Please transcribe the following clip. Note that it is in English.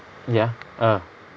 ya ah